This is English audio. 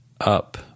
up